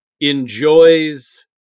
enjoys